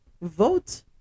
vote